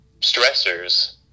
stressors